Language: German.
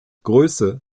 größe